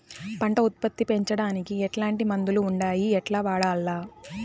పంట ఉత్పత్తి పెంచడానికి ఎట్లాంటి మందులు ఉండాయి ఎట్లా వాడల్ల?